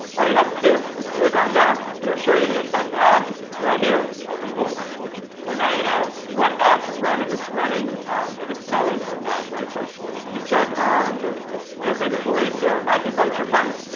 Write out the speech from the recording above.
all you have to do is click on that it'll show you the exact ad right here and boom and now you know what ad to run if it's running if it's selling or not, right? so you check on let's say this laser acupuncture pen